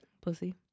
pussy